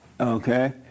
Okay